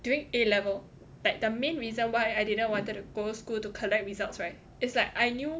during A level like the main reason why I didn't wanted to go school to collect results right it's like I knew